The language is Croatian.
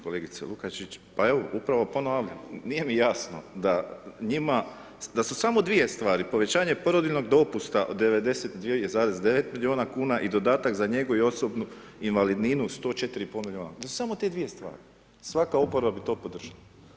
Kolegice Lukačić, pa evo, upravo ponavljam, nije mi jasno da njima, da su samo dvije stvari povećanje porodiljnog dopusta od 92,9 milijuna kuna i dodatak za njegu i osobnu invalidninu 104,5 milijuna, da su samo te dvije stvari, svaka oporba bi to podržala.